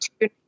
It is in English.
two